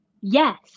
yes